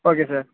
okay sir